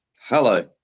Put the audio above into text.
Hello